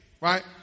Right